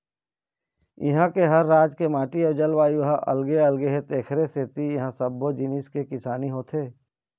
इहां के हर राज के माटी अउ जलवायु ह अलगे अलगे हे तेखरे सेती इहां सब्बो जिनिस के किसानी होथे